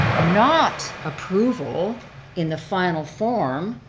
not approval in the final form,